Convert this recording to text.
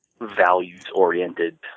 values-oriented